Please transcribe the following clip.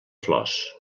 flors